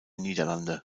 niederlande